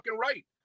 right